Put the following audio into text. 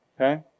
Okay